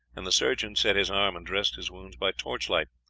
and the surgeon set his arm and dressed his wounds by torchlight,